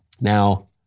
Now